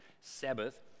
Sabbath